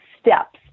steps